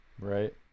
right